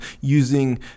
using